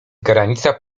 granica